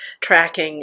tracking